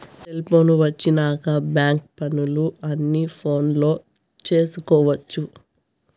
cellphone వచ్చినాక bank పనులు అన్ని ఫోనులో చేసుకొవచ్చు